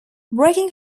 breaking